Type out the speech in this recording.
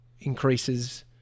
increases